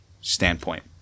standpoint